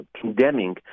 condemning